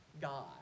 God